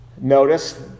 Notice